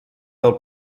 del